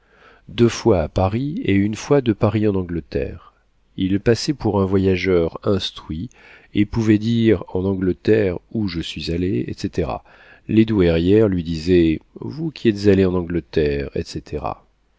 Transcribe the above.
deux fois à paris et une fois de paris en angleterre il passait pour un voyageur instruit et pouvait dire en angleterre où je suis allé etc les douairières lui disaient vous qui êtes allé en angleterre etc